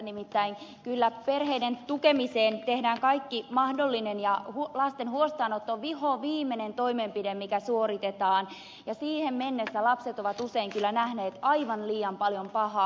nimittäin kyllä perheiden tukemiseksi tehdään kaikki mahdollinen ja lasten huostaanotto on vihoviimeinen toimenpide mikä suoritetaan ja siihen mennessä lapset ovat usein kyllä nähneet aivan liian paljon pahaa